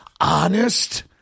honest